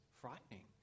frightening